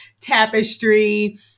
Tapestry